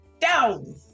down